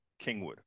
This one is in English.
Kingwood